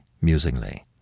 musingly